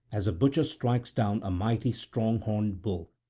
as a butcher strikes down a mighty strong-horned bull,